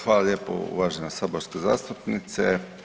Hvala lijepo uvažena saborska zastupnice.